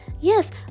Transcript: yes